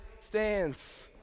stands